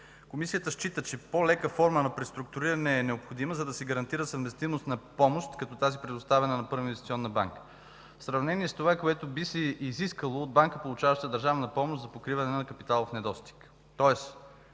Комисията счита, че по-лека форма на преструктуриране е необходима, за да се гарантира съвместимост на помощ, като тази, предоставена на Първа инвестиционна банка, в сравнение с това, което би се изискало от банка, получаваща държавна помощ за покриване на капиталов недостиг.